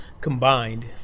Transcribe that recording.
combined